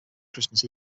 christmas